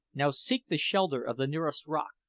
now, seek the shelter of the nearest rock.